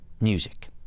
music